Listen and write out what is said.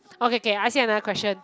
okay okay I ask you another question